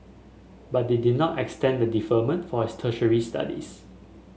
but they did not extend the deferment for his tertiary studies